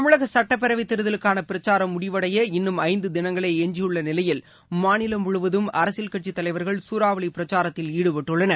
தமிழகசட்டப்பேரவைத் தேர்தலுக்கானபிரச்சாரம் ஐந்துதினங்களே எஞ்சியுள்ளநிலையில் மாநிலம் முழுவதும் அரசியல் கட்சித்தலைவர்கள் சூறாவளிபிரச்சாரத்தில் ஈடுபட்டுள்ளனர்